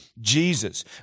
Jesus